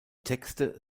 texte